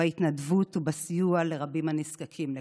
בהתנדבות ובסיוע לרבים הנזקקים לכך.